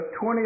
20